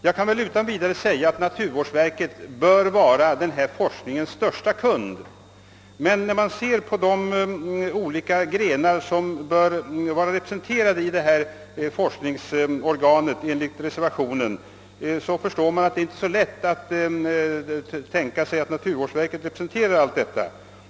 Jag kan väl utan vidare säga att naturvårdsverket bör vara denna forsknings största kund, men när man ser på de olika grenar som enligt reservationen bör vara representerade i detta forskningsorgan förstår man, att det inte är så lätt att tänka sig att naturvårdsverket skall kunna representera alla.